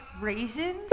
raisins